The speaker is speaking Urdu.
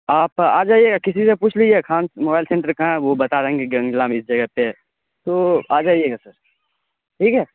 آپ آ جائیے کسی سے پوچھ لیجیے خان موبائل سنٹر کہاں ہے وہ بتا دیں گے گنجلا میں اس جگہ پہ ہے تو آ جائیے گا سر ٹھیک ہے